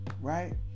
right